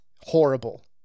horrible